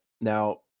now